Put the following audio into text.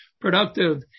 productive